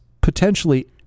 potentially